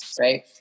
right